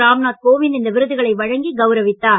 ராம் நாத் கோவிந்த் இந்த விருதுகளை வழங்கி கவுரவித்தார்